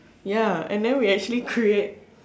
ya and then we actually create